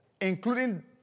including